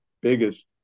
biggest